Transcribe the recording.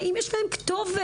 האם יש להם כתובת?